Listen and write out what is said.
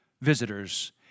visitors